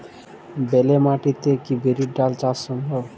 বেলে মাটিতে কি বিরির ডাল চাষ সম্ভব?